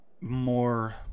More